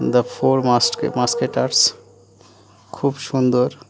the four মাস musketeers খুব সুন্দর